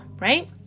right